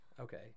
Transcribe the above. Okay